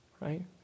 right